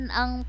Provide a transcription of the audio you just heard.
ang